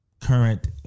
current